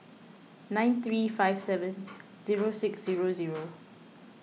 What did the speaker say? nine three five seven zero six zero zero